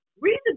reason